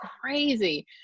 crazy